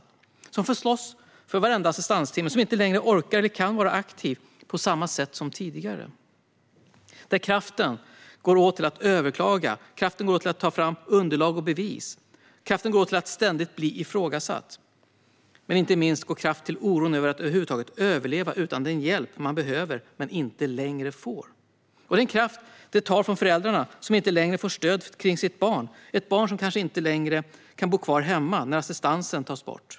Det är människor som får slåss för varenda assistanstimme och som inte längre orkar eller kan vara aktiva på samma sätt som tidigare. Deras kraft går åt till att överklaga och till att ta fram underlag och bevis. Kraften går åt till att ständigt bli ifrågasatt. Men inte minst går kraften åt till oron för att över huvud taget kunna överleva utan den hjälp man behöver men inte längre får. Det handlar också om den kraft som tas från föräldrarna som inte längre får stöd kring sitt barn - ett barn som kanske inte längre kan bo kvar hemma när assistansen tas bort.